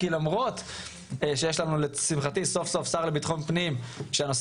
כי למרות שיש לנו לשמחתי סוף סוף שר לביטחון פנים שהנושא